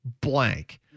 blank